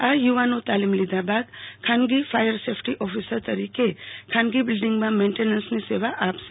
આ યુવાનો તાલીમ લીધા બાદ ખાનગી ફાયર સેફટી ઓફિસર તરીકે ખાનગી બિલ્ડીંગમાં મેન્ટેનન્સની સેવા આપશે